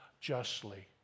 justly